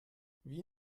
wie